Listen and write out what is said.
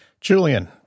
Julian